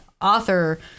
author